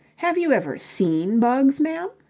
have you ever seen bugs, ma'am?